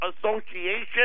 Association